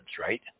right